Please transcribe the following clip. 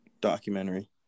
documentary